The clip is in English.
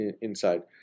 inside